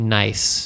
nice